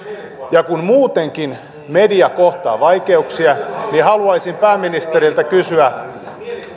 ja kun muutenkin media kohtaa vaikeuksia niin haluaisin pääministeriltä kysyä